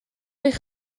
eich